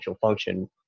function